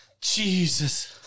Jesus